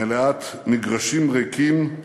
מלאת מגרשים ריקים,